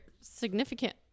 significant